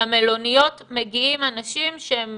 למלוניות מגיעים אנשים שהם